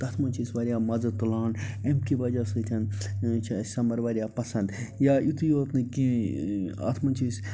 تَتھ منٛز چھِ أسۍ واریاہ مَزٕ تُلان اَمۍ کہِ وجہ سۭتۍ چھِ اَسہِ سَمَر واریاہ پسنٛد یا یُتٕے یوت نہٕ کیٚنہہ اَتھ منٛز چھِ أسۍ